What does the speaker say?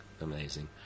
Amazing